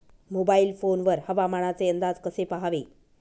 Mobile phone वर हवामानाचे अंदाज कसे पहावे?